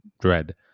dread